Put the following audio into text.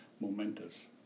momentous